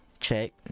Check